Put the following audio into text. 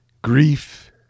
Grief